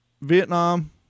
Vietnam